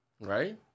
right